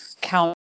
count